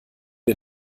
wir